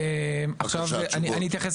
האם לעשות